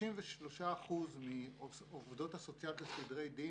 93 אחוזים העובדות הסוציאליות לסדרי דין